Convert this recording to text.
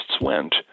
went